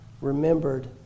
remembered